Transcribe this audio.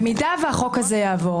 במידה שהחוק הזה יעבור,